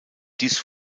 dies